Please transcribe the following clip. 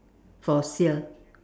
for sale